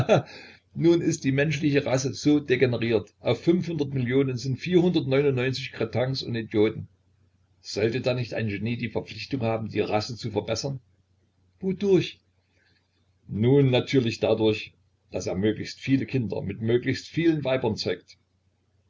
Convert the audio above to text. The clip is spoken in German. nun ist die menschliche rasse so degeneriert auf fünfhundert millionen sind vierhundertneunundneunzig cretins und idioten sollte da nicht ein genie die verpflichtung haben die rasse zu verbessern wodurch nun natürlich dadurch daß er möglichst viele kinder mit möglichst vielen weibern zeugte